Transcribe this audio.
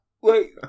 Wait